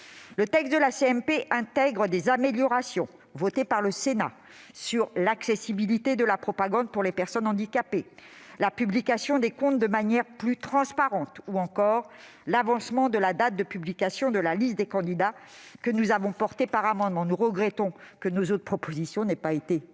Le texte de la CMP intègre des améliorations votées par le Sénat : sur l'accessibilité de la propagande pour les personnes handicapées, la publication des comptes de manière plus transparente ou encore l'avancement de la date de publication de la liste des candidats, que nous avions porté par amendement. Nous regrettons cependant que nos autres propositions n'aient pas été retenues.